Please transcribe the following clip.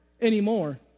anymore